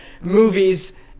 movies